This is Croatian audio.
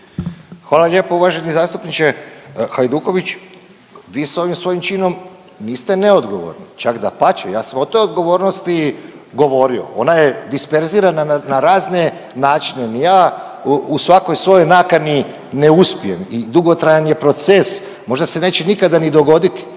Hvala lijepo uvaženi zastupniče Hajduković, vi s ovim svojim činom niste neodgovorni, čak dapače, ja sam o toj odgovornosti govorio, ona je disperzirana na razne načine, ni ja u svakoj svojoj nakani ne uspijem i dugotrajan je proces, možda se neće nikada ni dogoditi,